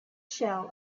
shell